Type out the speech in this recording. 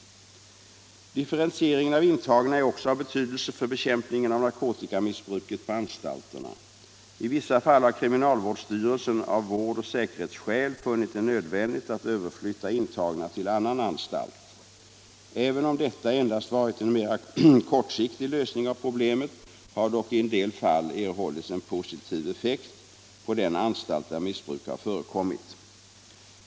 Differentieringen av intagna är också av betydelse för bekämpningen av narkotikamissbruket på anstalterna. I vissa fall har kriminalvårdsstyrelsen av vårdoch säkerhetsskäl funnit det nödvändigt att överflytta intagna till annan anstalt. Även om detta endast varit en mera kortsiktig lösning av problemet har dock i en del fall erhållits en positiv effekt på den anstalt där missbruk har förekommit.